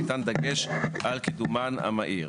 וניתן דגש על קידומן המהיר.